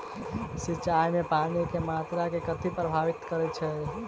सिंचाई मे पानि केँ मात्रा केँ कथी प्रभावित करैत छै?